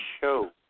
show